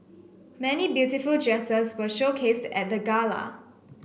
many beautiful dresses were showcased at the gala